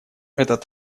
этот